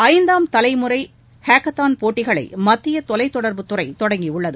ஐந்தாம் தலைமுறை ஹேக்கத்தான் போட்டிகளை மத்திய தொலைத்தொடர்புத்துறை தொடங்கியுள்ளது